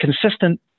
consistent